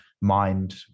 mind